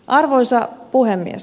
arvoisa puhemies